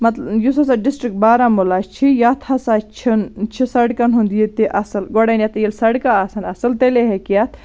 مطلب یُس ہَسا ڈِسٹرک بارہمولہ چھِ یَتھ ہَسا چھِنہِ چھِ سڑکَن ہُنٛد یہِ تہِ اَصٕل گۄڈٕنٮ۪تھ ییٚلہِ سڑکہٕ آسَن اَصٕل تیٚلے ہیٚکہِ یَتھ